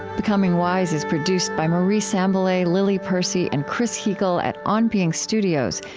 becoming wise is produced by marie sambilay, lily percy, and chris heagle at on being studios,